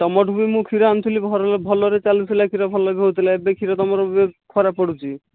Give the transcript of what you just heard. ତୁମଠୁ ବି ମୁଁ କ୍ଷୀର ଆଣୁଥିଲି ଭଲ ଭଲରେ ଚାଲୁଥିଲା କ୍ଷୀର ଭଲ ବି ହେଉଥିଲା ଏବେ କ୍ଷୀର ତୁମର ଏବେ ଖରାପ ପଡ଼ୁଛି